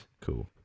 cool